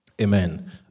Amen